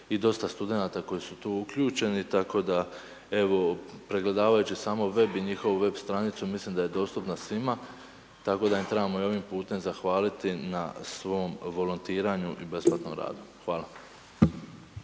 i dosta studenta koji su tu uključeni, tako da evo pregledavajući samo web i njihovu web stranicu mislim da je dostupna svima tako da im trebamo i ovim putem zahvaliti na svom volontiranju i besplatnom radu. Hvala.